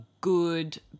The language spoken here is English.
good